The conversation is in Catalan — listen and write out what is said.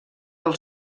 del